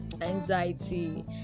anxiety